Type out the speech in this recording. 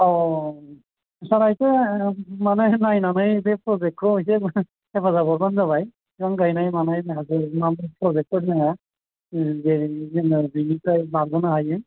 औ औ औ सारआ एसे माने नायनानै बे प्रजेक्टखौ एसे हेफाजाब हरबानो जाबाय बिफां गायनाय मानाय प्रजेक्टफोर दङ दे जोङो बिनिफ्राय बारग'नो हायो